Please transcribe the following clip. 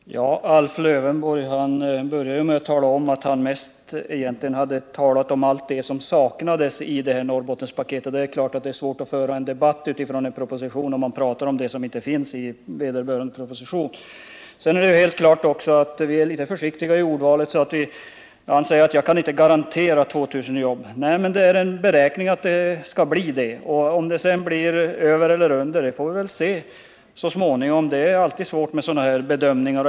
Herr talman! Alf Lövenborg började med att säga att han mest hade talat om allt det som saknades i det här Norrbottenspaketet. Det är klart att det är svårt att föra en debatt om en proposition ifall man pratar om det som inte finns med i propositionen. Vi är litet försiktiga i vårt ordval. Alf Lövenborg säger att jag inte kan garantera 2 000 jobb. Nej, men det är en beräkning att det skall bli det. Om det sedan blir över eller under får vi väl se så småningom. Det är alltid svårt att göra sådana bedömningar.